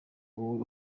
wowe